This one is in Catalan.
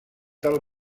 del